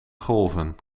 golfen